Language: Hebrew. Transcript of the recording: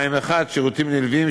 "שירותים נלווים,